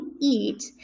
eat